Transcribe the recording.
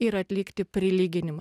ir atlikti prilyginimą